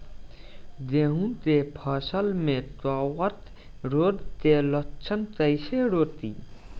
गेहूं के फसल में कवक रोग के लक्षण कईसे रोकी?